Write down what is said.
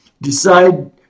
decide